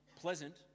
Pleasant